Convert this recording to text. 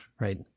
right